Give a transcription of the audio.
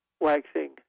waxing